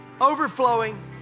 overflowing